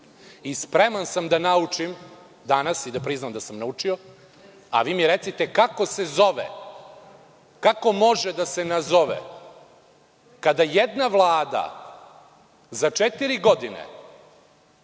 Spreman sam da danas naučim i da priznam da sam naučio, a vi mi recite kako se zove, kako može da se nazove kada jedna vlada za četiri godine